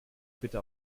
bitte